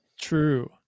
True